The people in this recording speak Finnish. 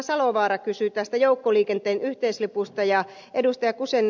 salovaara kysyi tästä joukkoliikenteen yhteislipusta ja ed